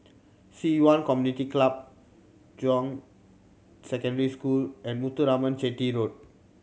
Ci Yuan Community Club John Secondary School and Muthuraman Chetty Road